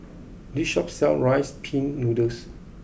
this shop sells Rice Pin Noodles